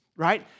Right